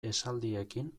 esaldiekin